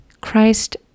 Christ